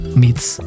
meets